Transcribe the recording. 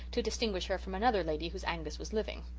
to distinguish her from another lady whose angus was living.